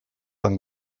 van